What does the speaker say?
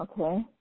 Okay